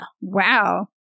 Wow